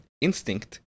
instinct